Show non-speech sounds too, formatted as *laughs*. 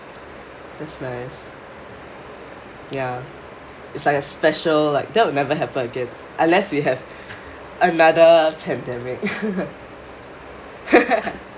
that's nice ya it's like a special like that will never happen again unless we have another pandemic *laughs*